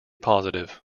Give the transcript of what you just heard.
positive